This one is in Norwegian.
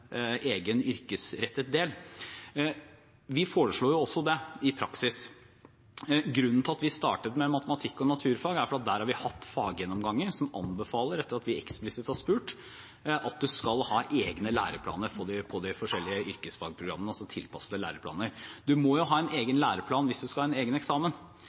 egen yrkesrettet del. Vi foreslår også det, i praksis. Grunnen til at vi startet med matematikk og naturfag, er at der har vi hatt faggjennomganger som anbefaler, etter at vi eksplisitt har spurt, at man skal ha egne læreplaner for de forskjellige yrkesfagprogrammene, altså tilpassede læreplaner. Man må jo ha en egen læreplan hvis man skal ha en egen eksamen.